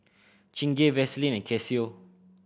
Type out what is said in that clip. Chingay Vaseline and Casio